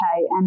okay